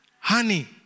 honey